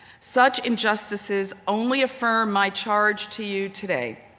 such injustices only affirm my charge to you today.